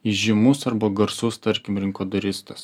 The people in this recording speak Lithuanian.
įžymus arba garsus tarkim rinkodaristas